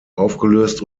aufgelöst